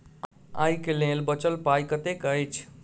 आइ केँ लेल बचल पाय कतेक अछि?